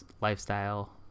lifestyle